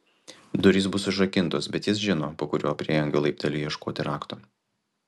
durys bus užrakintos bet jis žino po kuriuo prieangio laipteliu ieškoti rakto